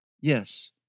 Yes